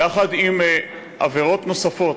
יחד עם עבירות נוספות,